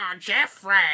Jeffrey